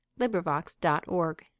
LibriVox.org